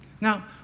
Now